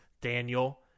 Daniel